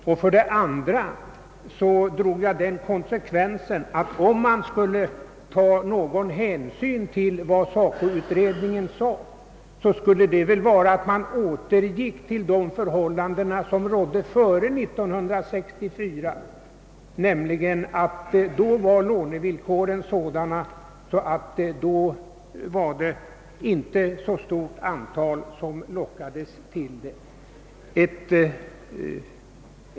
Om man för det andra skulle ta någon hänsyn till vad SACO-utredningen sagt, så skulle väl konsekvensen bli att man återgick till de förhållanden som rådde före 1964. Då var emellertid lånevillkoren sådana, att det inte var många som lockades av dem.